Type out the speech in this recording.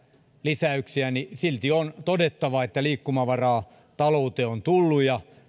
lisäyksiä niin silti on todettava että liikkumavaraa talouteen on tullut ja